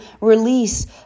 release